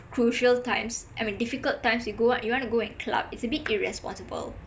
crucial times I mean difficult times you go out you want to go and club is abit irresponsible